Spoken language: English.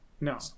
No